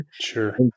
Sure